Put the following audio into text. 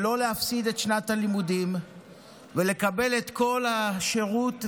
לא להפסיד את שנת הלימודים ולקבל את כל השירות והעזרה,